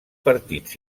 partits